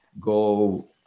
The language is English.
go